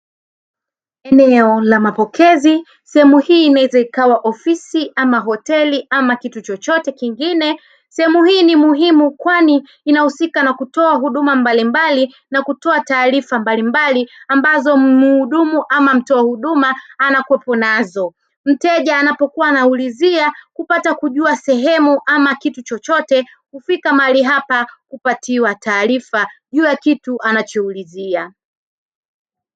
Eneo la mapokezi sehemu hii inaweza ikawa ofisi ama hoteli ana kitu chochote kingine, sehemu hii ni muhumu kwani inahusika na kutoa huduma mbalimbali na kutoa taarifa mbalimbali ambazo muhudumu ama mtoa huduma anakuwepo nazo. Mteja anapokuwa anaulizia kupatakujua sehemu ama kitu chochote hufika mahali hapa kupatia taarifa juu ya kitu anacho ulizia.